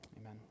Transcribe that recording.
Amen